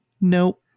nope